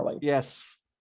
Yes